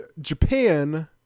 Japan